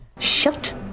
Shut